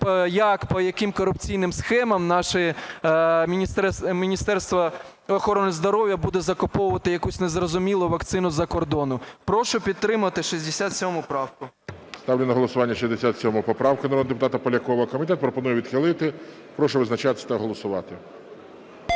як, по яким корупційним схемам наше Міністерство охорони здоров'я буде закуповувати якусь незрозумілу вакцину із-за кордону. Прошу підтримати 67 правку. ГОЛОВУЮЧИЙ. Ставлю на голосування 67 поправку народного депутата Полякова. Комітет пропонує відхилити. Прошу визначатись та голосувати.